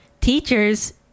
teachers